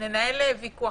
ננהל ויכוח.